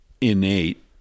innate